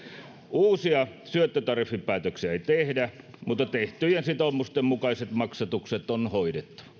uusia syöttötariffipäätöksiä ei tehdä mutta tehtyjen sitoumusten mukaiset maksatukset on hoidettava